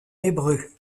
hébreu